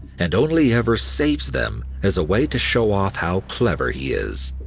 and only ever saves them as a way to show off how clever he is.